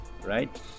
right